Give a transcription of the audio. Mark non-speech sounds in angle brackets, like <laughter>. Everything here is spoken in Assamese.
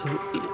<unintelligible>